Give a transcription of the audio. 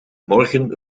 morgen